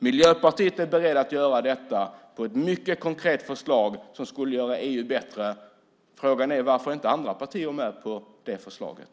Miljöpartiet är berett att göra detta med ett mycket konkret förslag som skulle göra EU bättre. Frågan är varför inte andra partier är med på det förslaget.